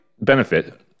benefit